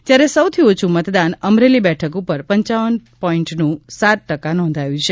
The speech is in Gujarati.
જ્યારે સૌથી ઓછું મતદાન અમરેલી બેઠક ઉપર પપ પોઇન્ટનું સાત ટકા નોંધાયું છે